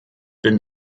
bin